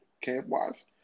camp-wise